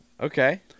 Okay